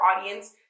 audience